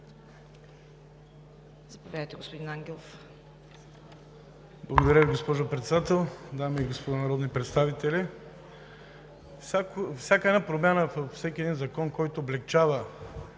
Заповядайте, господин Ангелов. ЮЛИАН АНГЕЛОВ (ОП): Благодаря Ви, госпожо Председател. Дами и господа народни представители! Всяка една промяна във всеки един закон, който облекчава